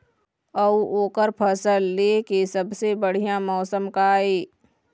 अऊ ओकर फसल लेय के सबसे बढ़िया मौसम का ये?